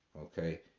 okay